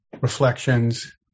reflections